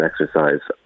exercise